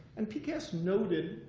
and pcast noted,